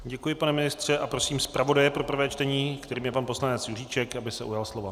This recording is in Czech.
Děkuji, pane ministře, a prosím zpravodaje pro prvé čtení, kterým je pan poslanec Juříček, aby se ujal slova.